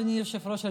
אדוני היושב-ראש,